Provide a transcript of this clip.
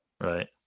Right